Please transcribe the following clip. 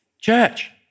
Church